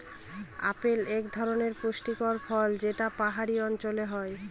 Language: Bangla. আপেল এক ধরনের পুষ্টিকর ফল যেটা পাহাড়ি অঞ্চলে হয়